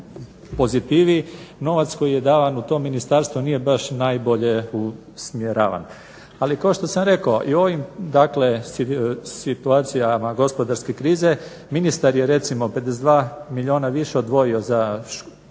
pozitivi novac koji je davan u to ministarstvo nije baš najbolje usmjeravan. Ali kao što sam rekao i u ovim dakle situacijama gospodarske krize ministar je recimo 52 milijuna više odvojio za školovanje